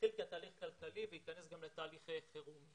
שהתחיל כתהליך כלכלי וייכנס גם לתהליך חירום.